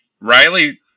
Riley